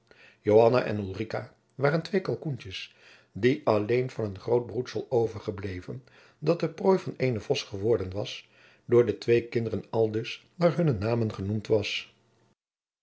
joanna en ulrica waren twee kalkoentjens die alleen van een groot broedsel overgebleven dat de prooi van eenen vos geworden was door de twee kinderen aldus naar hunne namen genoemd waren